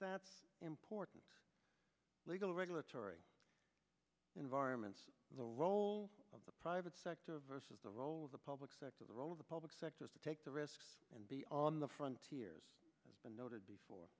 that's important legal regulatory environment the role of the private sector versus the role of the public sector the role of the public sector is to take the risk and be on the front the noted before